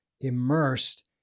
immersed